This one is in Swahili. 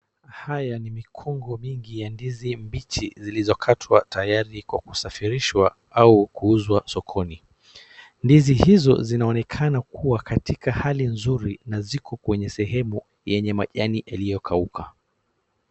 Hii ni mikongo mingi ya ndizi mbichi zilizokatwa tayari kwa kusafirishwa au kuuzwa sokoni. Ndizi hizo zinaonekana kuwa katika hali nzuri na ziko kwenye sehemu yenye majani yaliyokauka.